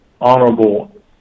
honorable